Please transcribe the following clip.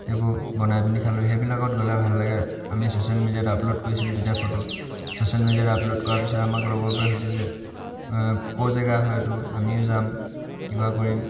সেইবোৰ বনাই পিনি খালোঁ সেইবিলাকত গ'লে ভাল লাগে আমি ছ'চিয়েল মিডিয়াত আপলোড কৰিছিলোঁ তেতিয়া ফটো ছ'চিয়েল মিডিয়াত আপলোড কৰাৰ পিছত আমাক লগৰবোৰে সুধিছে ক'ৰ জেগা হয়তো আমিও যাম কিবা কৰিম